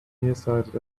nearsighted